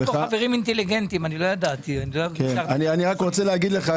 אני רוצה להגיד לך,